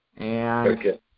Okay